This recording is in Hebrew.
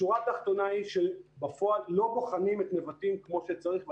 השורה התחתונה היא שבפועל לא בוחנים את נבטים כמו שצריך,